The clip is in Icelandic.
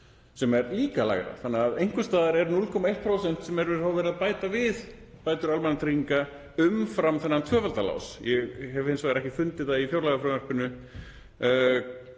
sem er líka lægra. Þannig að einhvers staðar er 0,1% sem er verið að bæta við bætur almannatrygginga umfram þennan tvöfalda lás. Ég hef hins vegar ekki fundið það í fjárlagafrumvarpinu